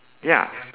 ya